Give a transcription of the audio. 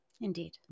Indeed